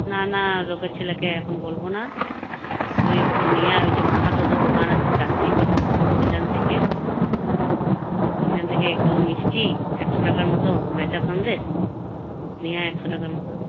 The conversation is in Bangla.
না না লোকের ছেলেকে এখন বলবো না তুই একটু নিয়ে আয় ওই যে মাহাতোদের দোকান আছে কাছেই বটে ওইখান থেকে হুম ওইখান থেকে একটু মিষ্টি একশো টাকার মতো মেচা সন্দেশ নিয়ে আয় একশো টাকার মতো